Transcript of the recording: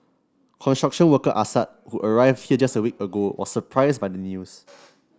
construction worker Assad who arrived here just a week ago was surprised by the news